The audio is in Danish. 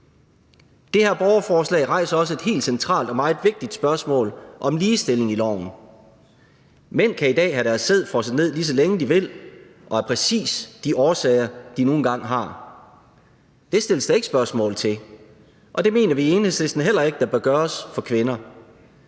Det her borgerforslag rejser også et helt centralt og meget vigtigt spørgsmål om ligestilling i loven. Mænd kan i dag have deres sæd frosset ned lige så længe, de vil, og af præcis de årsager, de nu engang har. Det stilles der ikke spørgsmål ved, og det mener vi i Enhedslisten heller ikke der bør gøres for kvinder.